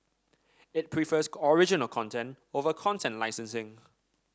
it prefers original content over content licensing